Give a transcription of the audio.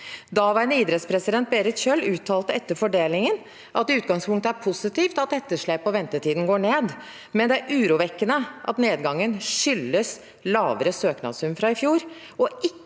Daværende idrettspresident Berit Kjøll uttalte etter fordelingen at det i utgangspunktet er positivt at etterslepet og ventetiden går ned, men det er urovekkende at nedgangen skyldes lavere søknadssum fra i fjor,